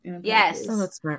Yes